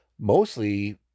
mostly